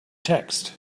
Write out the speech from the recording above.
text